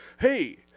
Hey